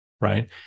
right